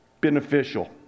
beneficial